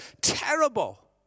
terrible